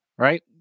Right